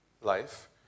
life